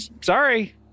Sorry